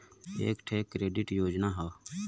एक ठे क्रेडिट योजना हौ